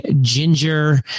ginger